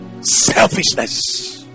Selfishness